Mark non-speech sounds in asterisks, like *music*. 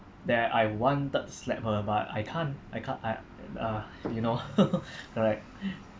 that I wanted slap her but I can't I can't I uh you know *laughs* *breath* correct *breath*